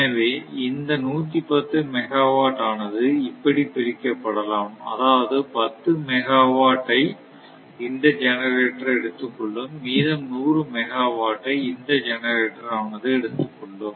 எனவே இந்த 110 மெகாவாட் ஆனது இப்படி பிரிக்கப்படலாம் அதாவது 10 மெகாவாட் ஐ இந்த ஜெனரேட்டர் எடுத்துக்கொள்ளும் மீதம் 100 மெகாவாட் டை இந்த ஜெனரேட்டர் ஆனது எடுத்துக்கொள்ளும்